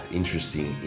interesting